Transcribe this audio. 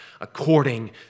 according